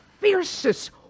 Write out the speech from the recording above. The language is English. fiercest